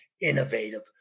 innovative